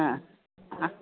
हा हा